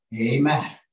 Amen